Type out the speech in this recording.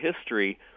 history